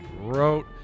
wrote